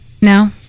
No